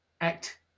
act